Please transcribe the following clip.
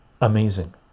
amazing